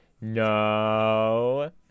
No